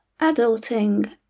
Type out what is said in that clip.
adulting